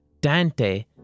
Dante